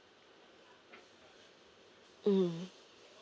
mm